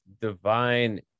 divine